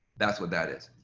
that's what that is,